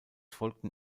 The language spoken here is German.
folgten